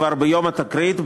כבר ביום התקרית,